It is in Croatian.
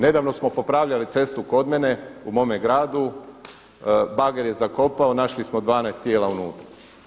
Nedavno smo popravljali cestu kod mene u mome gradu, bager je zakopao, našli smo 12 tijela unutra.